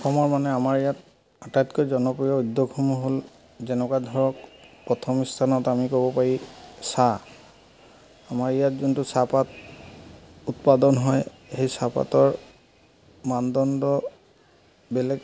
অসমৰ মানে আমাৰ ইয়াত আটাইতকৈ জনপ্ৰিয় উদ্যোগসমূহ হ'ল যেনেকুৱা ধৰক প্ৰথম স্থানত আমি ক'ব পাৰি চাহ আমাৰ ইয়াত যোনটো চাহপাত উৎপাদন হয় সেই চাহপাতৰ মানদণ্ড বেলেগ